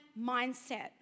mindset